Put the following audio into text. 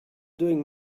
doing